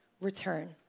return